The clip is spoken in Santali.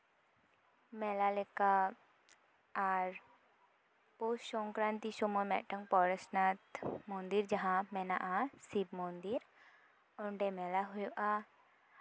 ᱢᱮᱞᱟ ᱞᱮᱠᱟ ᱟᱨ ᱯᱳᱥ ᱥᱚᱝᱠᱨᱟᱱᱛᱤ ᱥᱚᱢᱚᱭ ᱢᱤᱫᱴᱟᱝ ᱯᱚᱨᱮᱥᱱᱟᱛᱷ ᱢᱚᱱᱫᱤᱨ ᱡᱟᱦᱟᱸ ᱢᱮᱱᱟᱜᱼᱟ ᱥᱤᱵ ᱢᱚᱱᱫᱤᱨ ᱚᱸᱰᱮ ᱢᱮᱞᱟ ᱦᱩᱭᱩᱜᱼᱟ